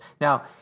Now